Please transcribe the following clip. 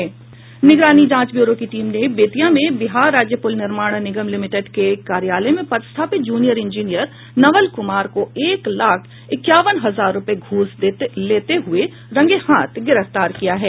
निगरानी जांच ब्यूरो की टीम ने बेतिया में बिहार राज्य पूल निर्माण निगम लिमिटेड के कार्यालय में पदस्थापित जूनियर इंजिनियर नवल कुमार को एक लाख इक्यानवे हजार रुपये घूस लेते हुए रंगेहाथ गिरफ्तार किया है